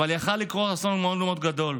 אבל יכול היה לקרות אסון מאוד מאוד גדול.